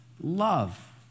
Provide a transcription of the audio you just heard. love